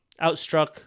outstruck